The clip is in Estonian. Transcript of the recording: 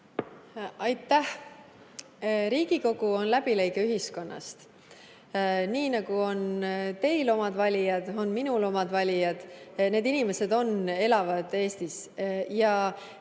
Aitäh! Riigikogu on läbilõige ühiskonnast. Nii nagu on teil omad valijad, on minul omad valijad. Need inimesed elavad Eestis.